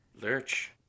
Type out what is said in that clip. Lurch